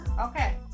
okay